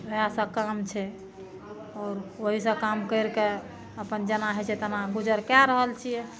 इहए सब काम छै आओर ओहि सब काम करि कऽ अपन जेना होइ छै तेना गुजर कए रहल छियै